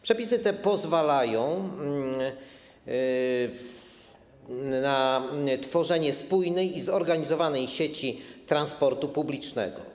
Przepisy te pozwalają na tworzenie spójnej i zorganizowanej sieci transportu publicznego.